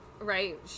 Right